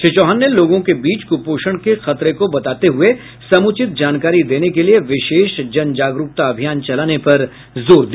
श्री चौहान ने लोगों के बीच कुपोषण के खतरे को बताते हुए समुचित जानकारी देने के लिये विशेष जन जागरूकता अभियान चलाने पर जोर दिया